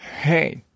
hey